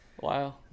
Wow